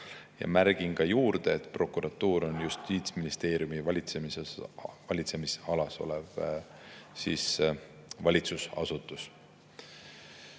Märgin ka juurde, et prokuratuur on Justiitsministeeriumi valitsemisalas olev valitsusasutus.